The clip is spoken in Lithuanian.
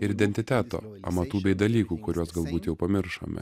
ir identiteto amatų bei dalykų kuriuos galbūt jau pamiršome